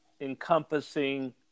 encompassing